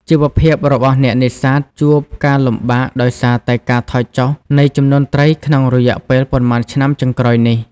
ជីវភាពរបស់អ្នកនេសាទជួបការលំបាកដោយសារតែ ការថយចុះ នៃចំនួនត្រីក្នុងរយៈពេលប៉ុន្មានឆ្នាំចុងក្រោយនេះ។